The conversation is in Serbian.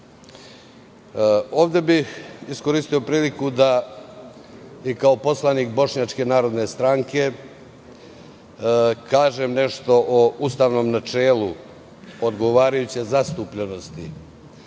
bih iskoristio priliku da i kao poslanik Bošnjačke narodne stranke kažem nešto o ustavnom načelu odgovarajuće zastupljenosti